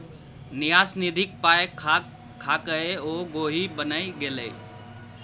न्यास निधिक पाय खा खाकए ओ गोहि बनि गेलै